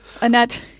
Annette